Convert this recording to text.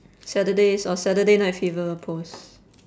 saturday's or saturday night fever pose